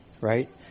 Right